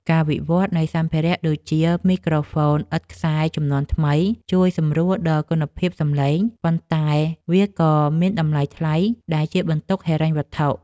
ការវិវត្តនៃសម្ភារៈដូចជា មីក្រូហ្វូនឥតខ្សែជំនាន់ថ្មី ជួយសម្រួលដល់គុណភាពសម្លេង ប៉ុន្តែវាក៏មានតម្លៃថ្លៃដែលជាបន្ទុកហិរញ្ញវត្ថុ។